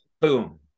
boom